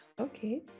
Okay